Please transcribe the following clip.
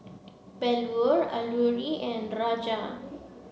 Bellur Alluri and Raja